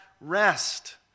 rest